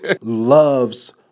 loves